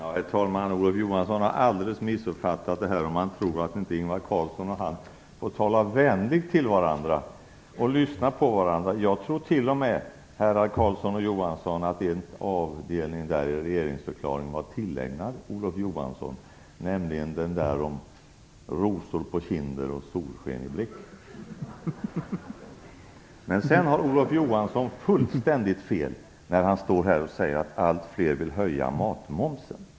Herr talman! Olof Johansson har alldeles missuppfattat det här, om han tror att Ingvar Carlsson och han inte får tala vänligt till varandra och lyssna på varandra. Jag tror t.o.m., herrar Carlsson och Johansson, att en avdelning av regeringsförklaringen var tillägnad Olof Johansson, nämligen den om rosor på kinden och solsken i blick. Men sedan har Olof Johansson fullständigt fel när han säger att allt fler vill höja matmomsen.